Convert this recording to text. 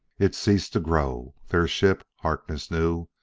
it ceased to grow. their ship, harkness knew,